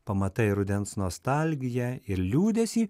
pamatai rudens nostalgiją ir liūdesį